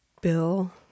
bill